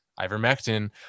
ivermectin